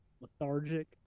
lethargic